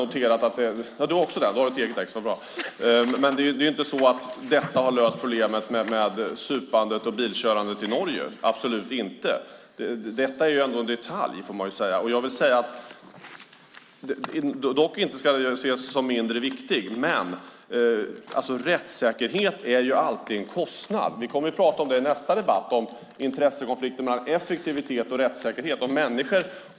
Den har dock långt ifrån löst problemet med supande och bilkörning i Norge. Det här är en detalj, om än viktig. Rättssäkerhet är alltid en kostnad. Vi kommer att behandla intressekonflikten mellan effektivitet och rättssäkerhet i nästa debatt.